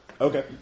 Okay